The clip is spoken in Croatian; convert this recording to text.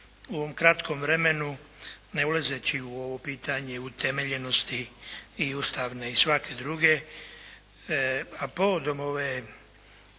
u ovom kratkom vremenu ne ulazeći u ovo pitanje neutemeljenosti i svake druge a povodom ove